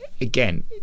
again